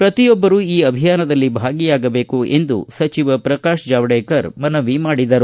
ಪ್ರತಿಯೊಬ್ಬರೂ ಈ ಅಭಿಯಾನದಲ್ಲಿ ಭಾಗಿಯಾಗಬೇಕು ಎಂದು ಸಚಿವ ಪ್ರಕಾಶ ಜಾವಡೇಕರ್ ಮನವಿ ಮಾಡಿದರು